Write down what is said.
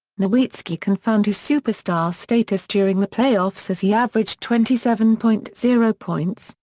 nowitzki confirmed his superstar status during the playoffs as he averaged twenty seven point zero points,